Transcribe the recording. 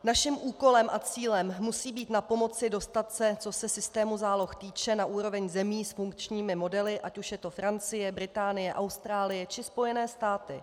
Naším úkolem a cílem musí být napomoci dostat se, co se systému záloh týče, na úroveň zemí s funkčními modely, ať už je to Francie, Británie, Austrálie či Spojené státy.